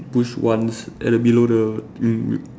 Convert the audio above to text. push once at the below the